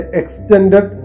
extended